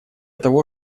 того